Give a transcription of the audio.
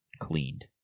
cleaned